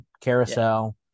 Carousel